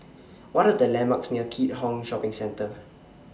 What Are The landmarks near Keat Hong Shopping Centre